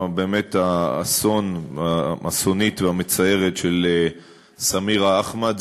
באמת האסונית והמצערת של סמירה אחמד,